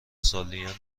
سالیانی